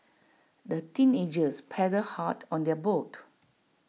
the teenagers paddled hard on their boat